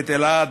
את אלעד,